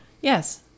Yes